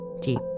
deep